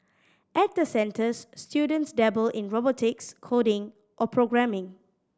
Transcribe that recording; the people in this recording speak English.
at the centres students dabble in robotics coding or programming